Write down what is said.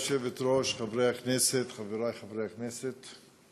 גברתי היושבת-ראש, חברי חברי הכנסת,